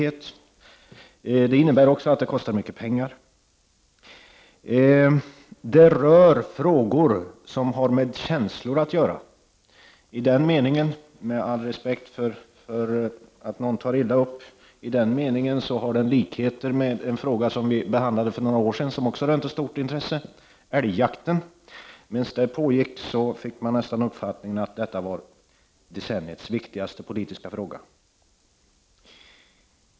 För det andra handlar det om mycket pengar. Men det handlar också om känslor. I den meningen har denna fråga — med all respekt för den som kan ta illa upp — likheter med en annan fråga som vi diskuterade för några år sedan och som också rönte stort intresse. Jag tänker då på frågan om älgjakten. Då fick man ett intryck av att den frågan var decenniets viktigaste politiska fråga.